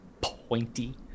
pointy